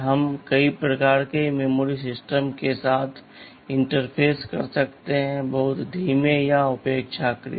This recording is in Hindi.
हम कई प्रकार के मेमोरी सिस्टम के साथ इंटरफेस कर सकते हैं बहुत धीमे या अपेक्षाकृत